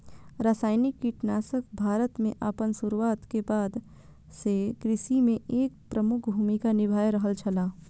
रासायनिक कीटनाशक भारत में आपन शुरुआत के बाद से कृषि में एक प्रमुख भूमिका निभाय रहल छला